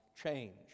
change